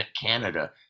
Canada